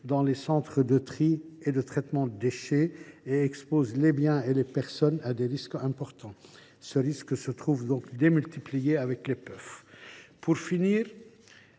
dans les centres de tri et de traitement des déchets et expose les biens et les personnes à des risques importants. Ce risque se trouve donc démultiplié avec les puffs. Pour finir,